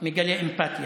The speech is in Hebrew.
אני מאוד מגלה אמפתיה,